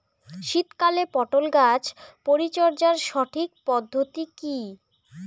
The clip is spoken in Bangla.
শীতকালে পটল গাছ পরিচর্যার সঠিক পদ্ধতি কী?